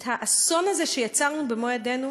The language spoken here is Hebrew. את האסון הזה שיצרנו במו-ידינו?